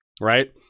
right